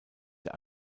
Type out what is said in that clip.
der